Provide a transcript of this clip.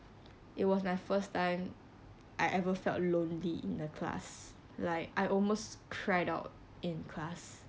it was my first time I ever felt lonely in the class like I almost cried out in class